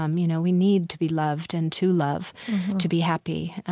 um you know, we need to be loved and to love to be happy.